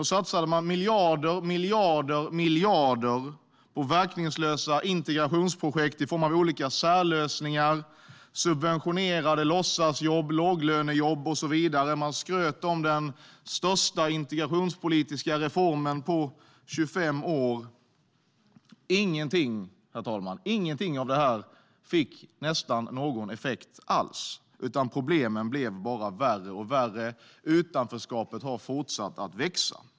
Då satsade man miljarder på verkningslösa integrationsprojekt i form av olika särlösningar, subventionerade låtsasjobb, låglönejobb och så vidare. Man skröt om den största integrationspolitiska reformen på 25 år. Nästan ingenting av detta, herr talman, fick någon effekt. Problemen blev bara värre och värre, och utanförskapet har fortsatt att växa.